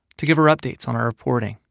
to give her updates on our reporting,